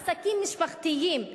עסקים משפחתיים,